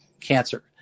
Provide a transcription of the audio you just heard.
cancer